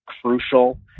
crucial